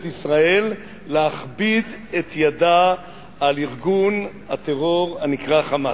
ישראל להכביד את ידה על ארגון הטרור הנקרא "חמאס".